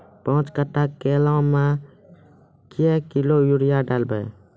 पाँच कट्ठा केला मे क्या किलोग्राम यूरिया डलवा?